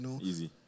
Easy